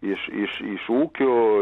iš iš iš ūkių